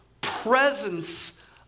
presence